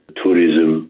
tourism